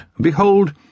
Behold